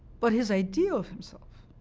but his idea of himself